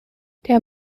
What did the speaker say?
der